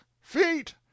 feet